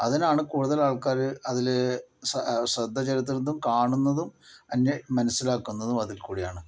അതിനാണ് കൂടുതൽ ആൾക്കാര് അതിൽ ശ്ര ശ്രദ്ധ ചെലുത്തുന്നതും കാണുന്നതും അന്യ മനസ്സിലാക്കുന്നതും അതിൽ കൂടെയാണ്